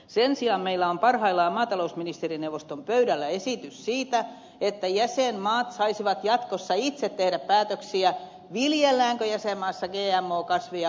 sen sijaan meillä on parhaillaan maatalousministerineuvoston pöydällä esitys siitä että jäsenmaat saisivat jatkossa itse tehdä päätöksiä viljelläänkö jäsenmaassa gmo kasvia vai ei